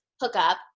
hookup